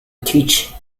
teach